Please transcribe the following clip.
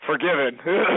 forgiven